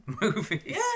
movies